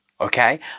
okay